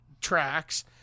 tracks